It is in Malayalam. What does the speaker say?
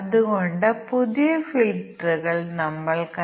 അതിനാൽ ഇൻപുട്ട് പരാമീറ്ററുകളിലെ വ്യവസ്ഥകൾ ഇവയാണ്